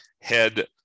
head